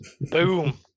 Boom